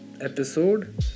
episode